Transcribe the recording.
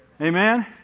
Amen